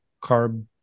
carb